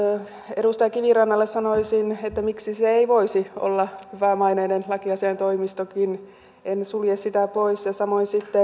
edustaja kivirannalle sanoisin että miksi se ei voisi olla hyvämaineinen lakiasiaintoimistokin en sulje sitä pois ja samoin sitten